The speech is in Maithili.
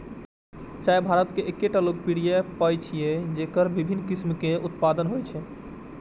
चाय भारत के एकटा लोकप्रिय पेय छियै, जेकर विभिन्न किस्म के उत्पादन होइ छै